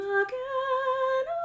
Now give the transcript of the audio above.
again